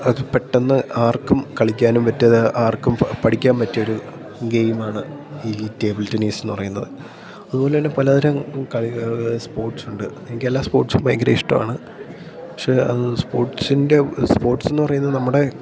അത് പെട്ടെന്ന് ആർക്കും കളിക്കാനും പറ്റിയ ആർക്കും പഠിക്കാൻ പറ്റിയൊരു ഗെയിമാണ് ഈ ടേബിൾ ടെന്നീസ് എന്നു പറയുന്നത് അതുപോലെതന്നെ പലതരം കളികൾ സ്പോർട്സുണ്ട് എനിക്കെല്ലാ സ്പോർട്സും ഭയങ്കര ഇഷ്ടമാണ് പക്ഷേ അത് സ്പോർട്സിൻ്റെ സ്പോർട്സ് എന്നു പറയുന്ന നമ്മുടെ